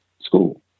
school